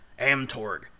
Amtorg